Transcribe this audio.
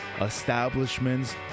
establishments